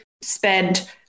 spend